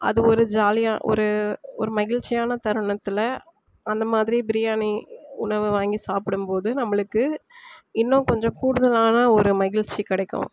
அது ஒரு ஜாலியாக ஒரு ஒரு மகிழ்ச்சியான தருணத்தில் அந்த மாதிரி பிரியாணி உணவை வாங்கி சாப்பிடும்போது நம்பளுக்கு இன்னும் கொஞ்சம் கூடுதலான ஒரு மகிழ்ச்சி கிடைக்கும்